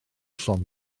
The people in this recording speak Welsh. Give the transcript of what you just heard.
llond